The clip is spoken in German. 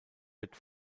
wird